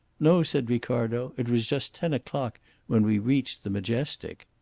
no, said ricardo. it was just ten o'clock when we reached the majestic.